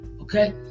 Okay